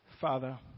father